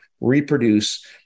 reproduce